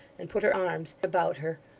and put her arms about her,